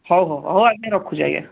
ହଉ ହଉ ହଉ ହଉ ଆଜ୍ଞା ରଖୁଛି ଆଜ୍ଞା